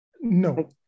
No